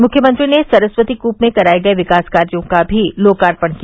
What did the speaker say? मुख्यमंत्री ने सरस्वती कूप में कराये गये विकास कार्यो का भी लोकार्पण किया